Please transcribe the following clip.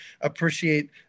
appreciate